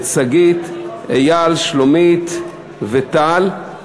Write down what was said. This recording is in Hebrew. שגית, אייל, שלומית וטל.